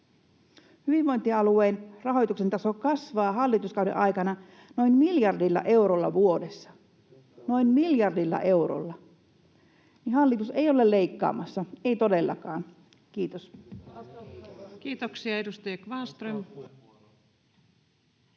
Hyvinvointialueen rahoituksen taso kasvaa hallituskauden aikana noin miljardilla eurolla vuodessa, [Ilmari Nurmisen välihuuto] noin miljardilla eurolla. Eli hallitus ei ole leikkaamassa, ei todellakaan. — Kiitos. [Ilmari